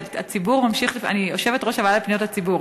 אני יושבת-ראש הוועדה לפניות הציבור,